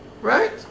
right